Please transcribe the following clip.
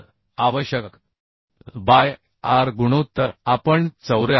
तर आवश्यक L by R गुणोत्तर आपण 74